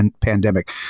pandemic